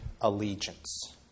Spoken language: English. allegiance